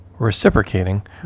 reciprocating